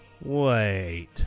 Wait